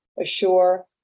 assure